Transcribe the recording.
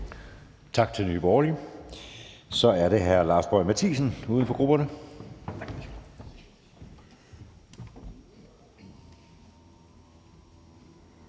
Tak til Nye Borgerlige. Så er det hr. Lars Boje Mathiesen, uden for grupperne.